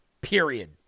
period